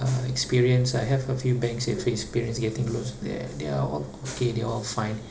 uh experience I have a few banks with experience getting loans there they are all okay they are all fine